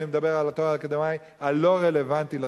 אני מדבר על התואר האקדמי הלא-רלוונטי לתפקיד.